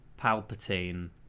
Palpatine